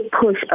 push